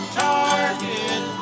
target